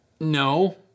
No